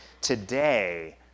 Today